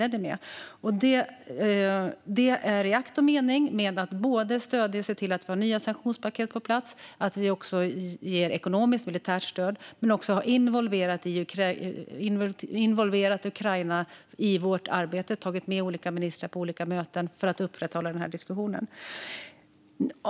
Det handlar om att se till att vi får nya sanktionspaket på plats, att ge ekonomiskt och militärt stöd och att också involvera Ukraina i vårt arbete. Vi har tagit med olika ukrainska ministrar på våra möten för att upprätthålla den här diskussionen.